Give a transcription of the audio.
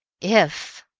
if!